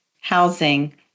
housing